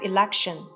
Election